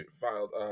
filed